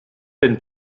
denn